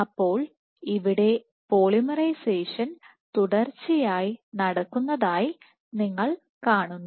അപ്പോൾ ഇവിടെ പോളിമറൈസേഷൻ തുടർച്ചയായി നടക്കുന്നതായി നിങ്ങൾ കാണുന്നു